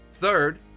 third